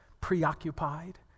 preoccupied